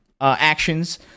actions